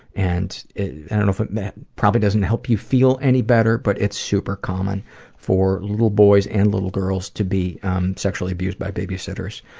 and i don't know if it probably doesn't help you feel any better, but it's super common for little boys and little girls to be sexually abused by babysitters.